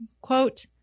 quote